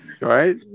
right